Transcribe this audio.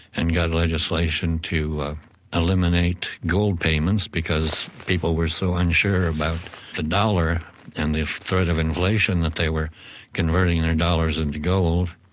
and got legislation to eliminate gold payments because people were so unsure about the dollar and the threat of inflation that they were converting their dollars into gold.